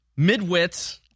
midwits